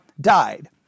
died